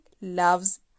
loves